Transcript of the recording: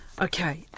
Okay